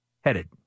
headed